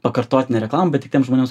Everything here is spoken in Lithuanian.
pakartotinę reklamą bet tik tiems žmonėms